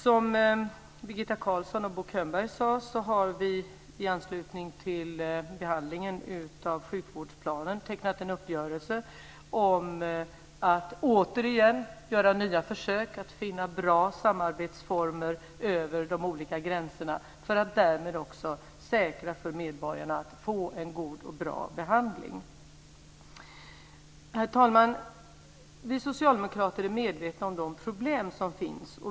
Som Birgitta Carlsson och Bo Könberg sade har vi i anslutning till behandlingen av sjukvårdsplanen tecknat en uppgörelse om att återigen göra nya försök att finna bra samarbetsformer över de olika gränserna för att därmed också säkra för medborgarna att få en god och bra behandling. Herr talman! Vi socialdemokrater är medvetna om de problem som finns.